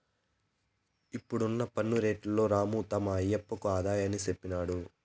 ఇప్పుడున్న పన్ను రేట్లలోని రాము తమ ఆయప్పకు ఆదాయాన్ని చెప్పినాడు